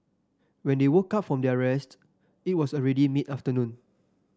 when they woke up from their rest it was already mid afternoon